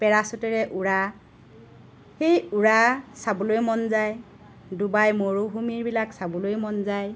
পেৰাছুটেৰে উৰা সেই উৰা চাবলৈ মন যায় ডুবাই মৰুভুমি বিলাক চাবলৈ মন যায়